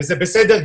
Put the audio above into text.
וזה בסדר גמור,